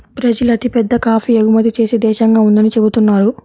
Brazil అతిపెద్ద coffee ఎగుమతి చేసే దేశంగా ఉందని చెబుతున్నారు